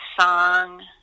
song